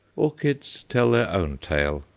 orchids tell their own tale,